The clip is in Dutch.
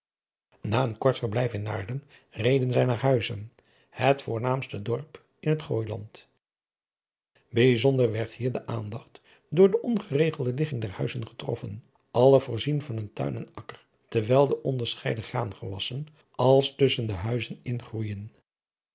na een kort verblijf in naarden reden zij naar huizen het voornaamste dorp in het gooiland bijzonder werd hier de aandacht door de ongeregelde ligging der huizen getroffen alle voorzien van een tuin en akker terwijl de onderscheiden graangewassen als tusschen de huizen in